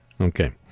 Okay